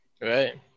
Right